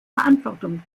verantwortung